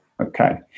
okay